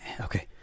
okay